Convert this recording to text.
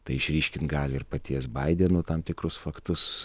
tai išryškint gali ir paties baideno tam tikrus faktus